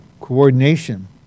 coordination